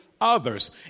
others